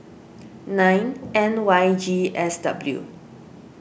nine N Y G S W